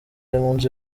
y’umunsi